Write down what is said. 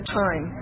time